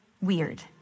weird